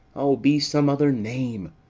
o, be some other name!